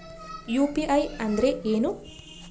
UPI ಅಂದ್ರೆ ಏನು?